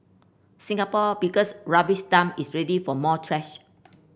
Singapore biggest rubbish dump is ready for more trash